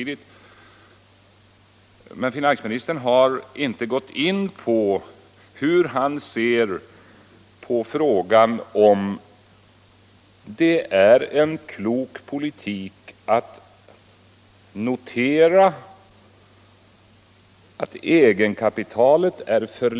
Men jag vill ändå peka på att finansministern inte har gått in på hur han ser på frågan om egenkapitalet i de börsnoterade företagen.